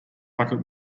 bucket